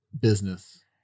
business